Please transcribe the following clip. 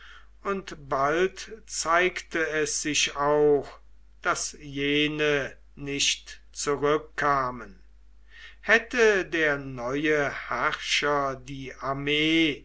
und bald zeigte es sich auch daß jene nicht zurückkamen hätte der neue herrscher die armee